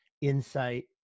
insight